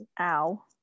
ow